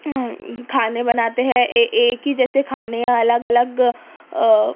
کھانے بناتے ہیں ایک ہی جیسے کھانے یا الگ الگ